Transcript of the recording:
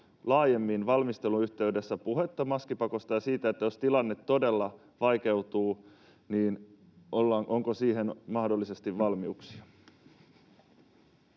laajemmin valmistelun yhteydessä puhetta maskipakosta ja siitä, että jos tilanne todella vaikeutuu, niin onko siihen mahdollisesti valmiuksia.